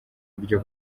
buryo